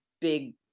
big